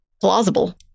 plausible